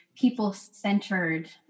people-centered